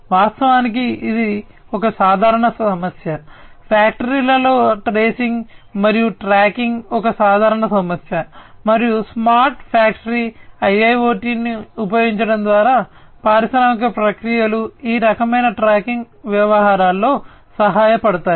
వాస్తవానికి ఇది ఒక సాధారణ సమస్య ఫ్యాక్టరీలలో ట్రేసింగ్ మరియు ట్రాకింగ్ ఒక సాధారణ సమస్య మరియు స్మార్ట్ ఫ్యాక్టరీ IIoT ఉపయోగించడం ద్వారా పారిశ్రామిక ప్రక్రియలు ఈ రకమైన ట్రాకింగ్ వ్యవహారాల్లో సహాయపడతాయి